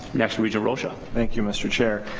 next, regent rosha. thank you mr. chair.